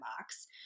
box